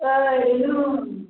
ओइ रुनु